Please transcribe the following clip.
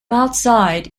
outside